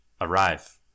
arrive